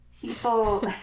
People